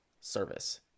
service